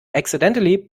accidentally